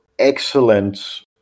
excellent